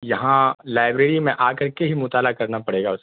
یہاں لائیبریری میں آ کرکے ہی مطالعہ کرنا پڑے گا